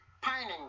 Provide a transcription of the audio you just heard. pining